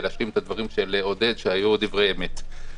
להשלים את הדברים של עודד שהיו דברי אמת.